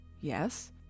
Yes